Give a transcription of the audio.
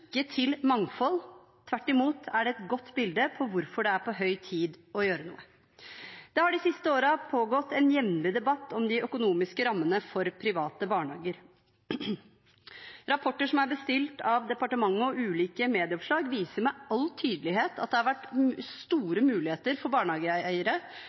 ikke til mangfold. Tvert imot er det et godt bilde på hvorfor det er på høy tid å gjøre noe. Det har de siste årene jevnlig pågått en debatt om de økonomiske rammene for private barnehager. Rapporter som er bestilt av departementet, og ulike medieoppslag viser med all tydelighet at det har vært